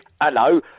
Hello